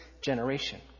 generation